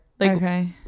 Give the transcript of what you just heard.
Okay